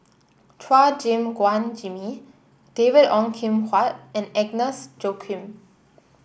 Chua Gim Guan Jimmy David Ong Kim Huat and Agnes Joaquim